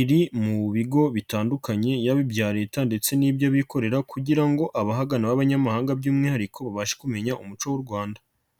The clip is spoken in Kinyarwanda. iri mu bigo bitandukanye yaba ibya Leta ndetse n'iby'abikorera kugira ngo abahagana b'abanyamahanga by'umwihariko babashe kumenya umuco w'u Rwanda.